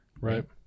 right